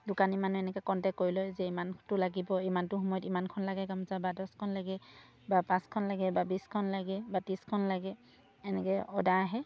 দোকানী মানুহ এনেকৈ কণ্টেকট কৰি লয় যে ইমানটো লাগিব ইমানটো সময়ত ইমানখন লাগে কাম যোৱা বা দহখন লাগে বা পাঁচখন লাগে বা বিছখন লাগে বা ত্ৰিছখন লাগে এনেকৈ অদাৰ আহে